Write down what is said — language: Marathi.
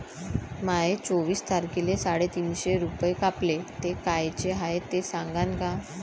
माये चोवीस तारखेले साडेतीनशे रूपे कापले, ते कायचे हाय ते सांगान का?